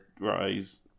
Rise